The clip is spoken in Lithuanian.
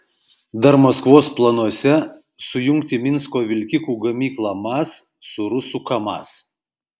dar maskvos planuose sujungti minsko vilkikų gamyklą maz su rusų kamaz